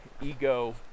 ego